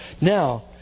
Now